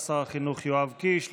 שר החינוך יואב קיש,